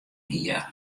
hie